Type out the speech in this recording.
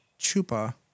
Chupa